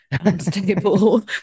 unstable